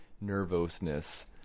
nervousness